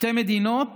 שתי מדינות